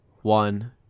one